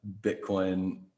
Bitcoin